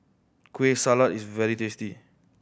Kueh Salat is very tasty